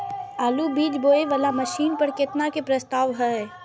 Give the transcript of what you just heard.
आलु बीज बोये वाला मशीन पर केतना के प्रस्ताव हय?